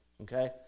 okay